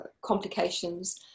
complications